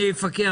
אותך.